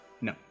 No